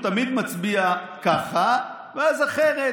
הוא תמיד מצביע ככה ואז אחרת,